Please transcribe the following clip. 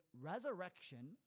resurrection